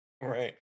Right